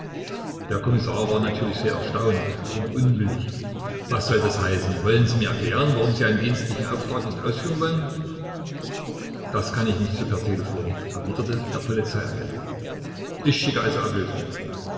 der kommissar war natürlich sehr erstaunt und unwillig was soll das heißen wollen sie mir erklären warum sie einen dienstlichen auftrag nicht ausführen wollen das kann ich nicht so per telefon erwiderte der polizeiagent ich schicke also ablösung